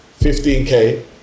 15K